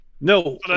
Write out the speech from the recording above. No